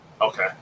Okay